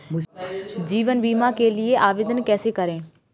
जीवन बीमा के लिए आवेदन कैसे करें?